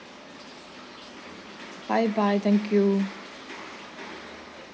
bye bye thank you